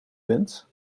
bent